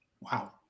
Wow